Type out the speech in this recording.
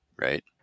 right